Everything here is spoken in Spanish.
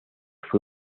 fue